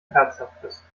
herzhaftes